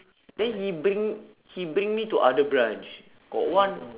then he bring he bring me to other branch got one